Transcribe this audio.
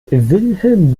wilhelm